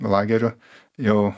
lagerių jau